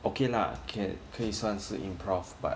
okay lah can 可以算是 improv but